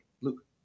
Luke